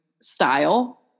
style